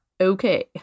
Okay